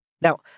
Now